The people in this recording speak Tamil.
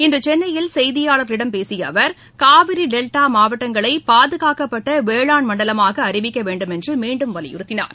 இன்று சென்னையில் செய்தியாளர்களிடம் பேசிய அவர் காவிரி டெல்டா மாவட்டங்களை பாதுகாக்கப்பட்ட வேளாண் மண்டலமாக அறிவிக்க வேண்டுமென்று மீண்டும் வலியுறுத்தினார்